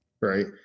right